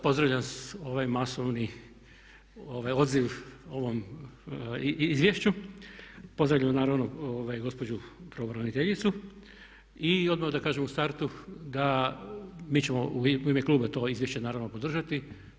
Pozdravljam ovaj masovni odaziv ovom izvješću, pozdravljam naravno gospođu pravobraniteljicu i odmah da kažem u startu da mi ćemo u ime kluba to izvješće naravno podržati.